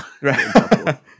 Right